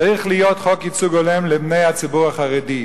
צריך להיות חוק ייצוג הולם לבני הציבור החרדי.